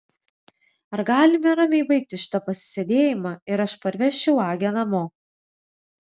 ar galime ramiai baigti šitą pasisėdėjimą ir aš parvežčiau agę namo